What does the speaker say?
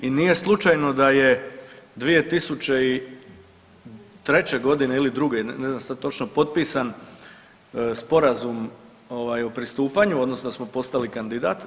I nije slučajno da je 2003. godine ili 2. ne znam sada točno potpisan Sporazum o pristupanju odnosno da smo postali kandidat.